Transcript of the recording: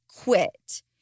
quit